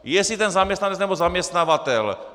Jestli ten zaměstnanec, nebo ten zaměstnavatel.